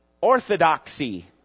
orthodoxy